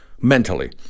mentally